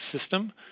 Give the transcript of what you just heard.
system